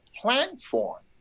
platform